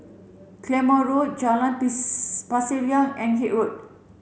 Claymore Road Jalan Pasir Ria and Haig Road